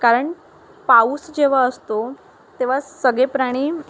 कारण पाऊस जेव्हा असतो तेव्हा सगळे प्राणी